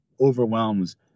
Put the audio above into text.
overwhelms